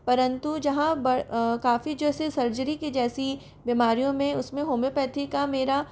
परंतु जहाँ काफ़ी जैसे सर्जरी की जैसी बीमारियों में उस में होम्योपैथी का मेरा